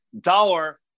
Dollar